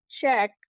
check